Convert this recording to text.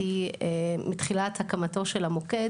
מתחילת הקמתו של המוקד,